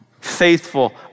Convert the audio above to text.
faithful